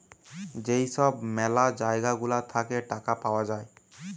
যেই সব ম্যালা জায়গা গুলা থাকে টাকা পাওয়া যায়